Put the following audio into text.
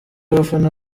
abafana